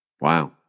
Wow